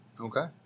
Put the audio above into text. Okay